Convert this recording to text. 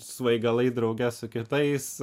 svaigalai drauge su kitais